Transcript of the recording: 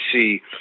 see